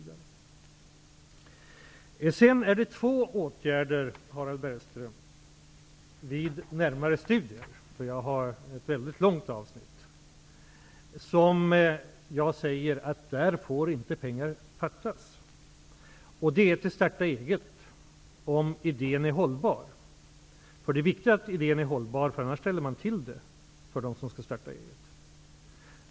Det är två åtgärder, Harald Bergström, där jag vid närmare studium av ett väldigt långt avsnitt på åtgärder tycker att pengar inte får fattas. Det ena är att starta eget om idén är hållbar. Det är viktigt att idén är hållbar, för annars ställer man till det för dem som skall starta eget.